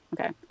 Okay